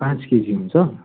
पाँच केजी हुन्छ